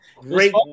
Great